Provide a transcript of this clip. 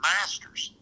Masters